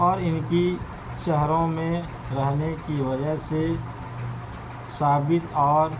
اور ان کی شہروں میں رہنے کی وجہ سے ثابت اور